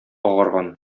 агарган